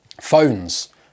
Phones